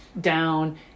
down